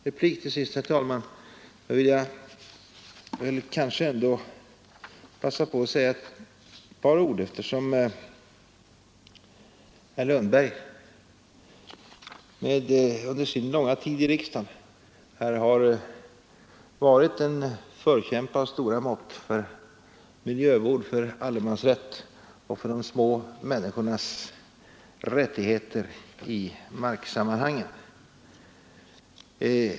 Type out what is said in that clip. Jag vill passa på att säga ytterligare några ord, eftersom herr Lundberg under sin långa tid i riksdagen har varit en förkämpe av stora mått för miljövård, för allemansrätt och för de små människornas rättigheter i marksammanhangen.